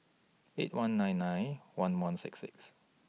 eight one nine nine one one six six